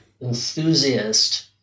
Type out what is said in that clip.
enthusiast